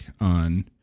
on